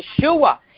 yeshua